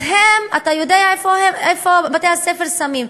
אז הם, אתה יודע איפה הם, איפה בתי הספר שמים?